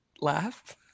laugh